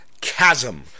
chasm